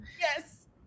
yes